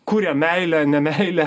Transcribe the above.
kuria meilę neneilę